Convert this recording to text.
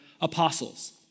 apostles